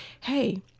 hey